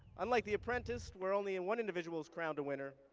unlike the apprentice, where only and one individual is crowned a winner,